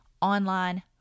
online